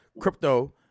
crypto